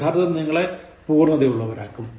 പരിശീലനം നിങ്ങളെ പൂർണത ഉള്ളവരാക്കും